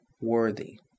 worthy